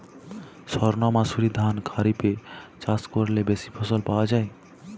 সর্ণমাসুরি ধান খরিপে চাষ করলে বেশি ফলন পাওয়া যায়?